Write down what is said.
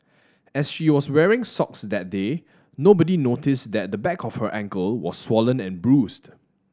as she was wearing socks that day nobody noticed that the back of her ankle was swollen and bruised